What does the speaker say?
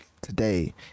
today